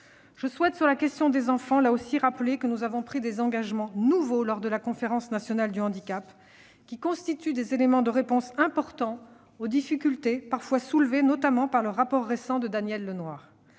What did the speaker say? les autres. Sur la question des enfants, je souhaite, là aussi, rappeler que nous avons pris des engagements nouveaux lors de la Conférence nationale du handicap, qui constituent des éléments de réponse importants aux difficultés plusieurs fois soulevées, notamment dans le rapport récent de Daniel Lenoir.